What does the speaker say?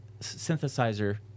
synthesizer